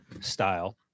style